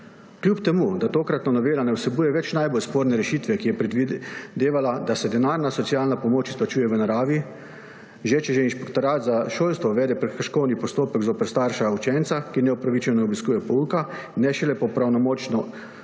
Kljub temu da tokratna novela ne vsebuje več najbolj sporne rešitve, ki je predvidevala, da se denarna socialna pomoč izplačuje v naravi, že če inšpektorat za šolstvo uvede prekrškovni postopek zoper starša učenca, ki neopravičeno ne obiskuje pouka, ne šele po pravnomočni